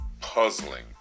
puzzling